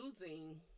losing